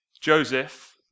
Joseph